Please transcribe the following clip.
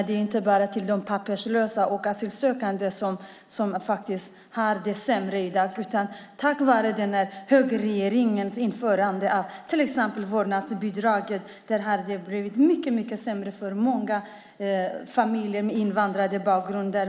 Det är inte bara barn till papperslösa och asylsökande som har det sämre i dag, utan på grund av högerregeringens införande av till exempel vårdnadsbidraget har det blivit mycket sämre för många familjer med invandrarbakgrund.